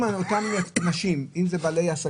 אם היצרן יעלה את העובי בשני מילימטר הוא ייפטר